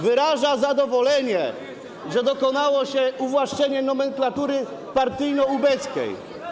Wyraża zadowolenie, że dokonało się uwłaszczenie nomenklatury partyjno-ubeckiej.